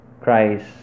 Christ